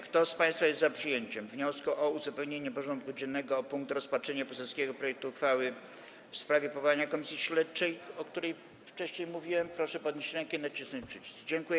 Kto z państwa jest za przyjęciem wniosku o uzupełnienie porządku dziennego o punkt: Rozpatrzenie poselskiego projektu uchwały o zmianie uchwały w sprawie powołania Komisji Śledczej, o której wcześniej mówiłem, proszę podnieść rękę i nacisnąć przycisk.